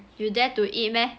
you dare to eat meh